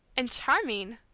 and charming!